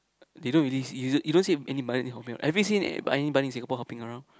they don't really see you don't see any bunny hopping around have you seen any bunny in Singapore hopping around